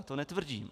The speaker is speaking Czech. To netvrdím.